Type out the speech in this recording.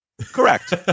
Correct